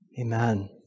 Amen